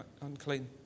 unclean